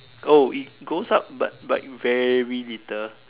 oh it goes up but but very little